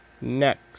Next